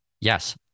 yes